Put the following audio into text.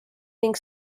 ning